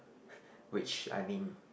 which I mean